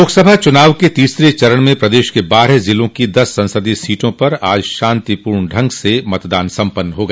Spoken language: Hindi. लोकसभा चुनाव के तीसरे चरण में प्रदेश के बारह जिलों की दस संसदीय सीटों पर आज शांतिपूर्ण ढग से मतदान सम्पन्न हो गया